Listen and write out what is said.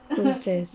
don't stress